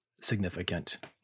significant